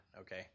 okay